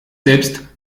selbst